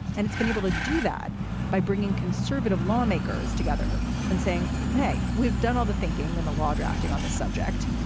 and it's been able to do that by bringing conservative lawmakers together and saying, hey, we've done all the thinking and the law drafting on this subject.